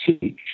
teach